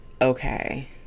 okay